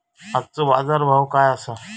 आजचो बाजार भाव काय आसा?